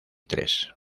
tres